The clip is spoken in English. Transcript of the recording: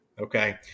okay